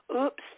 oops